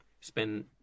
spend